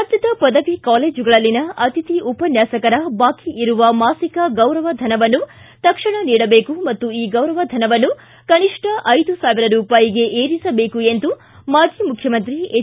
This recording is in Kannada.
ರಾಜ್ಞದ ಪದವಿ ಕಾಲೇಜುಗಳಲ್ಲಿನ ಅತಿಥಿ ಉಪನ್ಯಾಸಕರ ಬಾಕಿಯಿರುವ ಮಾಸಿಕ ಗೌರವಧನವನ್ನು ತಕ್ಷಣ ನೀಡಬೇಕು ಮತ್ತು ಈ ಗೌರವಧನವನ್ನು ಕನಿಷ್ಠ ಐದು ಸಾವಿರ ರೂಪಾಯಿಗೆ ಏರಿಸಬೇಕು ಎಂದು ಮಾಜಿ ಮುಖ್ಠಮಂತ್ರಿ ಎಚ್